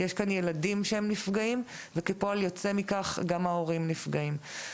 יש כאן ילדים שנפגעים וכפועל יוצא מכך גם ההורים נפגעים.